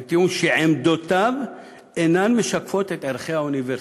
בטיעון שעמדותיו אינן משקפות את ערכי האוניברסיטה.